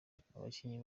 abakinnyi